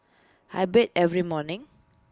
I bathe every morning